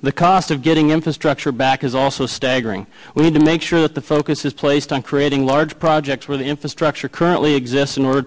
the cost of getting infrastructure back is also staggering we need to make sure that the focus is placed on creating large projects where the infrastructure currently exists in order